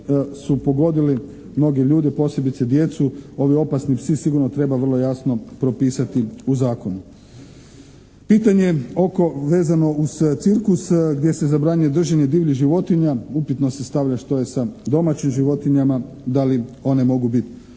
su pogodile mnoge ljude, posebice djecu ovi opasni psi sigurno treba vrlo jasno propisati u zakonu. Pitanje oko vezano uz cirkus gdje se zabranjuje držanje divljih životinja. Upitno se stavlja što je sa domaćim životinjama, da li one mogu bit?